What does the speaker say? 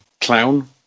clown